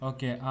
Okay